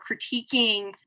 critiquing